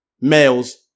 males